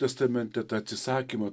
testamente tą atsisakymą